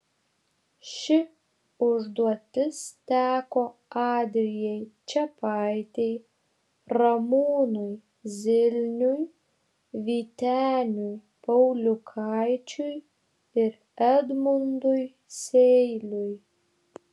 ši užduotis teko adrijai čepaitei ramūnui zilniui vyteniui pauliukaičiui ir edmundui seiliui